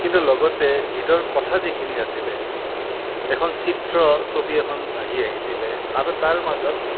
কিন্তু লগতে গীতৰ কথা যিখিনি আছিলে এখন চিত্ৰ ছবি এখন ভাহি আহিছিলে আৰু তাৰ মাজত